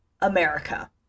America